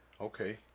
Okay